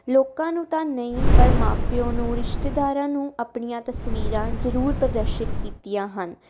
ਲੋਕਾਂ ਨੂੰ ਤਾਂ ਨਹੀਂ ਪਰ ਮਾਂ ਪਿਓ ਨੂੰ ਰਿਸ਼ਤੇਦਾਰਾਂ ਨੂੰ ਆਪਣੀਆਂ ਤਸਵੀਰਾਂ ਜ਼ਰੂਰ ਪ੍ਰਦਰਸ਼ਿਤ ਕੀਤੀਆਂ ਹਨ